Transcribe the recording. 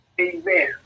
Amen